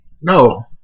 No